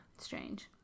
strange